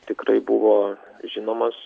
tikrai buvo žinomas